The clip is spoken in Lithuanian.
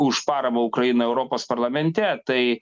už paramą ukrainai europos parlamente tai